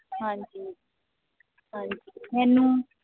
ਹਾਂਜੀ ਹਾਂਜੀ ਮੈਨੂੰ